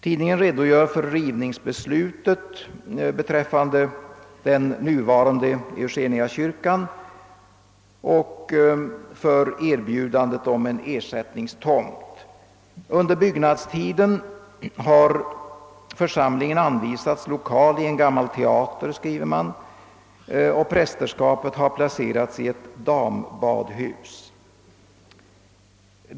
Tidningen redogör för rivningsbeslutet beträffande den nuvarande Eugeniakyrkan och för erbjudandet om en ersättningstomt. Under byggnadstiden har församlingen anvisats lokal i en gammal teater, skriver man, och prästerskapet har placerats i ett dambadhus.